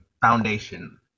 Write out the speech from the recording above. foundation